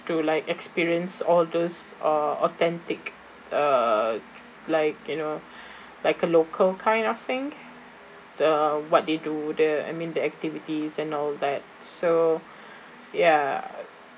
to like experience all those uh authentic err like you know like a local kind of thing the what they do the I mean the activities and all that so ya